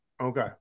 Okay